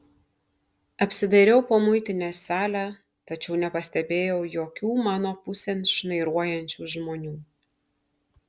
apsidairiau po muitinės salę tačiau nepastebėjau jokių mano pusėn šnairuojančių žmonių